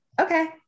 Okay